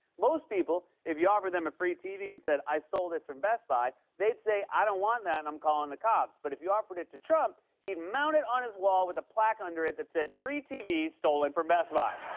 most people, if you offered them a free tv and said, i stole this from best buy, they'd say, i don't want that and i'm calling the cops, but if you offered it to trump, he'd mount it on his wall with a plaque under it that said, free tv stolen from best buy.